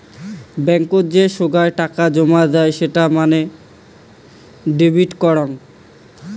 বেঙ্কত যে সোগায় টাকা জমা দেয় সেটা মানে ডেবিট করাং